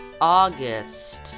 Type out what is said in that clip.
August